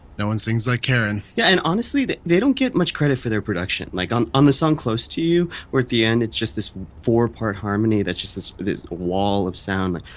no one sings like karen yeah. and honestly, they they don't get much credit for their production. like, on on the song close to you, where at the end it's just this four-part harmony that's just this wall of sound.